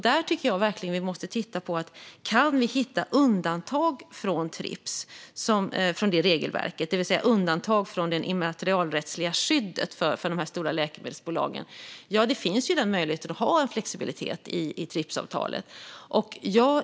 Där måste vi titta på om vi kan hitta undantag från regelverket, det vill säga undantag från det immaterialrättsliga skyddet för de stora läkemedelsbolagen. Det finns möjlighet att ha en flexibilitet i Tripsavtalet.